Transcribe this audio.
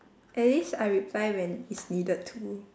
at least I reply when it's needed to